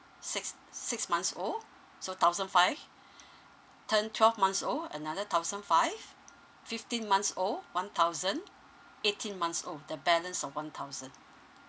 six six months old so thousand five turn twelve months old another thousand five fifteen months old one thousand eighteen months old the balance of one thousand